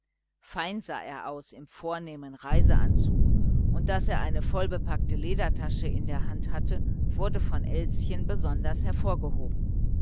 fein sah er aus im eleganten reiseanzug und daß er eine voll gepackte ledertasche in der hand hatte wurde von elschen besonders hervorgehoben